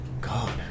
God